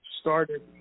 started